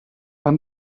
han